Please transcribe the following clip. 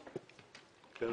בבקשה.